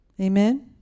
Amen